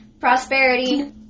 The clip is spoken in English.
prosperity